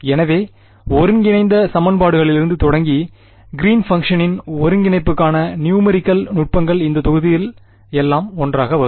எனவே ஒருங்கிணைந்த சமன்பாடுகளிலிருந்து தொடங்கி கிறீன் பங்க்ஷனின் ஒருங்கிணைப்புக்கான நியூமெரிகள் நுட்பங்கள் இந்த தொகுதியில் எல்லாம் ஒன்றாக வரும்